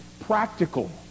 practical